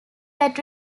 that